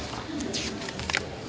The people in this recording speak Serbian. Hvala.